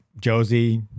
Josie